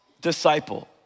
disciple